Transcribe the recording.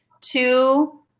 two